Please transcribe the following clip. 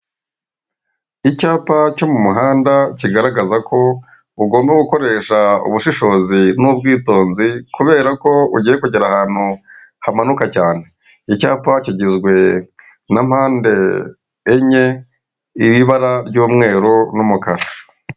Icyapa cyo mu muhanda kigaragaza ko ugomba gukoresha ubushishozi n'bwitonzi, kubera ko ugiye kugera ahantu hamanuka cyane. Icyapa kigizwe na mpande enye, iriho ibara ry'umweru n'umukara.